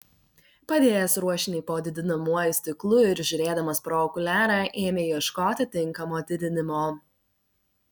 padėjęs ruošinį po didinamuoju stiklu ir žiūrėdamas pro okuliarą ėmė ieškoti tinkamo didinimo